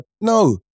No